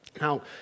Now